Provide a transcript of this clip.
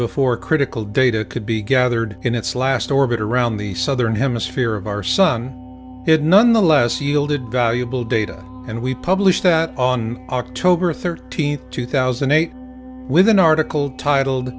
before critical data could be gathered in its last orbit around the southern hemisphere of our sun had none the less yielded valuable data and we published that on october thirteenth two thousand and eight with an article titled